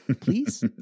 please